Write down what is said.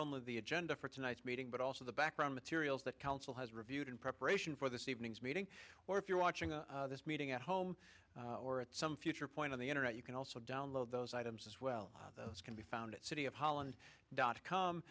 only the agenda for tonight's meeting but also the background materials that council has reviewed in preparation for this evening's meeting or if you're watching this meeting at home or at some future point on the internet you can also download those items as well as can be found at city of holland dot com